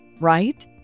right